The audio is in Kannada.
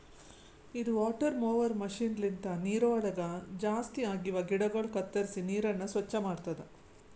ಇದು ವಾಟರ್ ಮೊವರ್ ಮಷೀನ್ ಲಿಂತ ನೀರವಳಗ್ ಜಾಸ್ತಿ ಆಗಿವ ಗಿಡಗೊಳ ಕತ್ತುರಿಸಿ ನೀರನ್ನ ಸ್ವಚ್ಚ ಮಾಡ್ತುದ